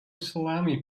salami